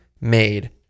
made